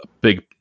big